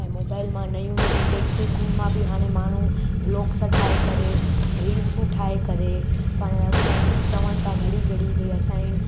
ऐं मोबाइल मां नयूं नयूं टैक्निकुनि मां बि हाणे माण्हू ब्लोग्स ठाहे करे रील्सूं ठाहे करे पंहिंजा पोइ चवनि था घड़ी घड़ी भई असांजे